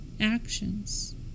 actions